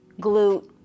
glute